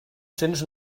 cents